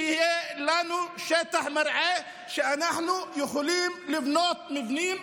שיהיה לנו שטח מרעה שאנחנו יכולים לבנות מבנים